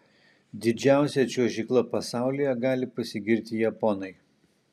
didžiausia čiuožykla pasaulyje gali pasigirti japonai